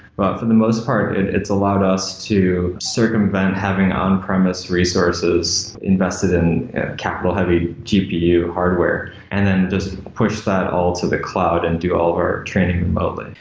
but for the most part, it allows us to circumvent having on-premise resources invested in capital heavy gpu hardware and then just push that all to the cloud and do all of our training all day.